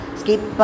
skip